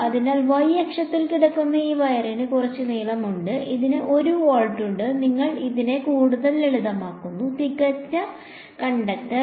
അതിനാൽ y അക്ഷത്തിൽ കിടക്കുന്ന ഈ വയറിന് കുറച്ച് നീളമുണ്ട് ഇതിന് 1 വോൾട്ട് ഉണ്ട് നിങ്ങൾ അതിനെ കൂടുതൽ ലളിതമാക്കുന്നു തികഞ്ഞ കണ്ടക്ടർ